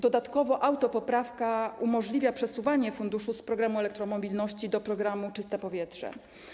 Dodatkowo autopoprawka umożliwia przesuwanie funduszu z programu elektromobilności do programu „Czyste powietrze”